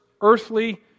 earthly